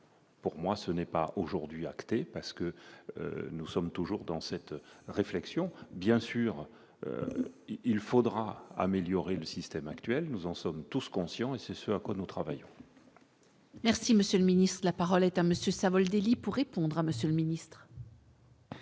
Pour moi, ce n'est pas aujourd'hui actée, parce que nous sommes toujours dans cette réflexion, bien sûr il faudra améliorer le système actuel, nous en sommes tous conscients et c'est ce à quoi nous travaille. Merci monsieur le ministre de la parole est à monsieur Savoldelli pour répondre à Monsieur le Ministre.